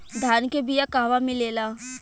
धान के बिया कहवा मिलेला?